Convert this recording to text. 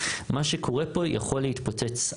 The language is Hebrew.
מה שקורה פה יכול להתפוצץ.